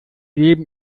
leben